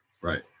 Right